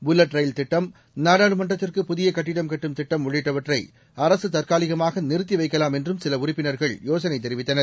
bullet ரயில் திட்டம் நாடாளுமன்றத்திற்கு புதிய கட்டிடம் கட்டும் திட்டம் உள்ளிட்டவற்றை அரசு தற்காலிகமாக நிறுத்தி வைக்கலாம் என்றும் சில உறுப்பினர்கள் யோசனை தெரிவித்தனர்